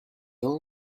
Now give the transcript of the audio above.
all